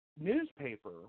newspaper